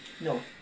No